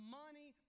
money